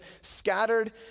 scattered